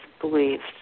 beliefs